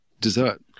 dessert